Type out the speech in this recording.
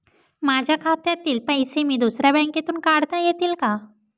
माझ्या खात्यातील पैसे मी दुसऱ्या बँकेतून काढता येतील का?